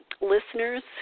listeners